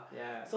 yeah